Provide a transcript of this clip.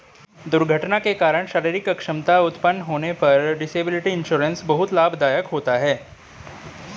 दुर्घटना के कारण शारीरिक अक्षमता उत्पन्न होने पर डिसेबिलिटी इंश्योरेंस बहुत लाभदायक होता है